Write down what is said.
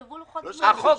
שיקבעו לוחות זמנים.